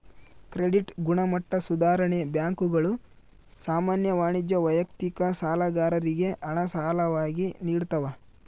credit ಗುಣಮಟ್ಟ ಸುಧಾರಣೆ ಬ್ಯಾಂಕುಗಳು ಸಾಮಾನ್ಯ ವಾಣಿಜ್ಯ ವೈಯಕ್ತಿಕ ಸಾಲಗಾರರಿಗೆ ಹಣ ಸಾಲವಾಗಿ ನಿಡ್ತವ